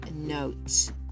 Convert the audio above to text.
notes